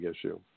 issue